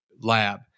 lab